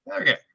Okay